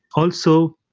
also,